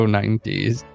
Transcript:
90s